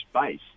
space